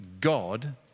God